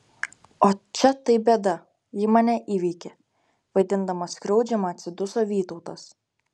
ot čia tai bėda ji mane įveikia vaidindamas skriaudžiamą atsiduso vytautas